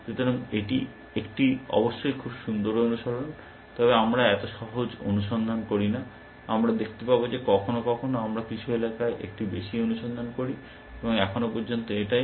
সুতরাং এটি একটিঅবশ্যই খুব সুন্দর অনুশীলন তবে আমরা এত সহজ অনুসন্ধান করি না আমরা দেখতে পাব যে কখনও কখনও আমরা কিছু এলাকায় একটু বেশি অনুসন্ধান করি এবং এখনও পর্যন্ত এটাই